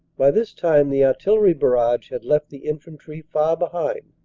by this time the artillery barrage had left the infantry far behind.